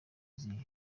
zihe